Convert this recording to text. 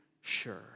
sure